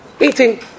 Eating